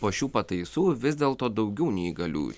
po šių pataisų vis dėlto daugiau neįgaliųjų